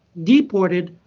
deported,